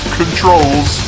controls